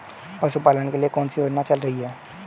पशुपालन के लिए कौन सी योजना चल रही है?